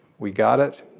we got it.